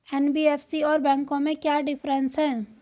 NBFC और बैंकों में क्या डिफरेंस है?